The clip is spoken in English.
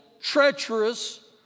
treacherous